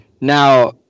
Now